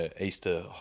Easter